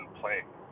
playing